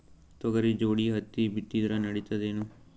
ತೊಗರಿ ಜೋಡಿ ಹತ್ತಿ ಬಿತ್ತಿದ್ರ ನಡಿತದೇನು?